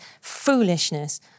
foolishness